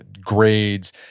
grades